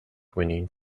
winning